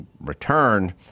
returned